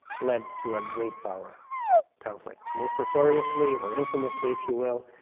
led to a great power conflict, most notoriously, or infamously, if you will,